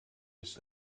ist